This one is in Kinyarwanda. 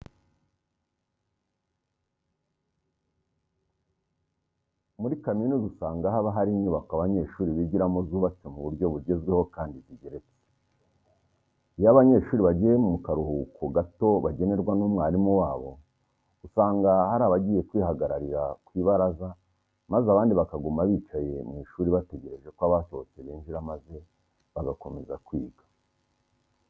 Muri kaminuza usanga haba hari inyubako abanyeshuri bigiramo zubatswe mu buryo bugezweho kandi zigeretse. Iyo abanyeshuri bagiye mu karuhuko gato bagenerwa n'umwarimu wabo, usanga hari abagiye kwihagararira ku ibaraza maze abandi bakaguma bicaye mu ishuri bategereje ko abasohotse binjira maze bagakomeza kwiga.